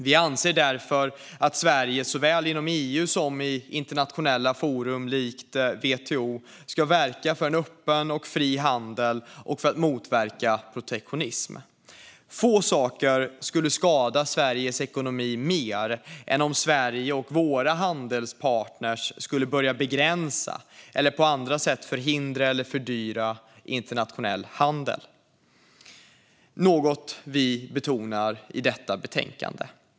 Vi anser därför att Sverige såväl inom EU som i internationella forum likt WTO ska verka för en öppen och fri handel och motverka protektionism. Få saker skulle skada Sveriges ekonomi mer än om Sverige och våra handelspartner började begränsa eller på andra sätt förhindra eller fördyra internationell handel, vilket är något vi betonar i detta betänkande.